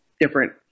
different